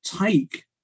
take